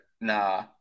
Nah